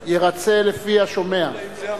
יירצה, לפי השומע.